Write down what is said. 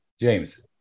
James